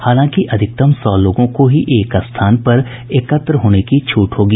हालांकि अधिकतम सौ लोगों को ही एक स्थान पर एकत्र होने की छूट होगी